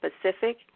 specific